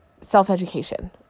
self-education